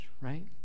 right